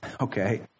okay